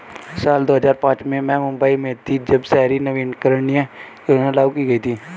साल दो हज़ार पांच में मैं मुम्बई में थी, जब शहरी नवीकरणीय योजना लागू की गई थी